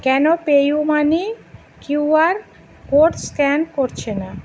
কেন PayU money Q R code scan করছে না